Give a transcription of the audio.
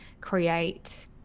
create